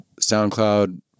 SoundCloud